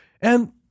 and-